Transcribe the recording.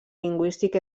lingüístic